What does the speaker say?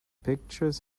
pictures